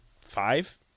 five